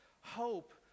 hope